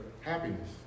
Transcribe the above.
happiness